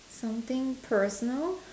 something personal